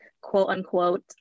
quote-unquote